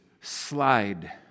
slide